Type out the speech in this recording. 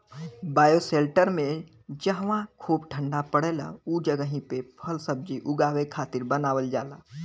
bioshelter में जहवा खूब ठण्डा पड़ेला उ जगही पे फलसब्जी उगावे खातिर बनावल जाला